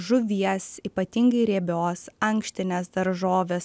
žuvies ypatingai riebios ankštinės daržovės